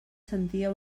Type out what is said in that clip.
sentia